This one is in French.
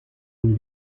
une